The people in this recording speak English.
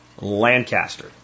Lancaster